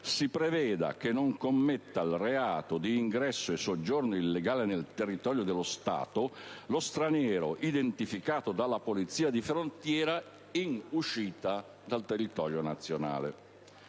si prevede che non commetta il reato di ingresso e soggiorno illegale nel territorio dello Stato lo straniero identificato dalla polizia di frontiera in uscita dal territorio nazionale.